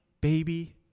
baby